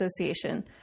Association